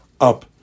up